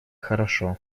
хорошо